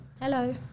Hello